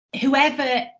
whoever